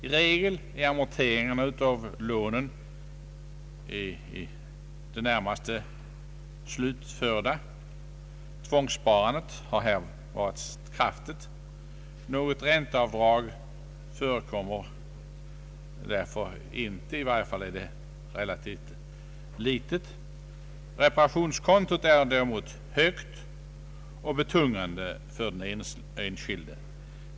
I regel är amorteringarna av lånen i det närmaste slutförda. Tvångssparandet har här varit kraftigt. Något ränteavdrag förekommer därför inte; i varje fall är det relativt litet. Reparationskontot är däremot högt och betungande för den enskilde.